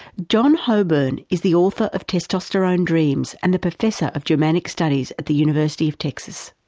john hoberman is the author of testosterone dreams and the professor of germanic studies at the university of texas.